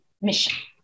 mission